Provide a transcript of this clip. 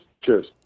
Cheers